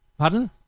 Pardon